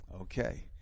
Okay